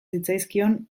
zitzaizkion